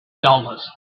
dollars